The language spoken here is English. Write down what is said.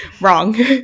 wrong